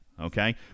okay